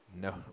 No